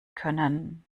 können